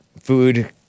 food